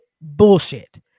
bullshit